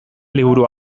liburu